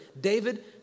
David